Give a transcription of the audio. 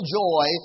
joy